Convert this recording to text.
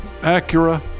Acura